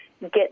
get